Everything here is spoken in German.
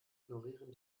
ignorieren